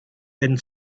and